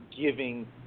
giving –